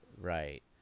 Right